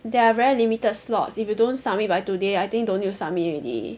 there are very limited slots if you don't submit by today I think don't need to submit already